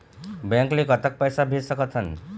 Bank ले कतक पैसा भेज सकथन?